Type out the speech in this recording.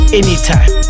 anytime